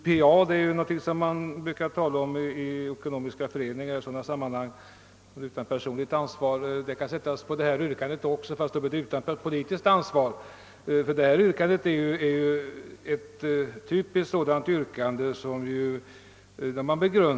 Man brukar använda uttrycket u. p. a. i fråga om exempelvis ekonomiska föreningar, och vi kan också göra det när det gäller ifrågavarande yrkande, fastän innebörden då blir »utan politiskt ansvar».